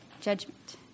judgment